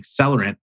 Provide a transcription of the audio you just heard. accelerant